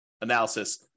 analysis